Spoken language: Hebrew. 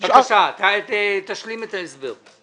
בבקשה, תשלים את ההסבר.